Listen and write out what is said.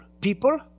People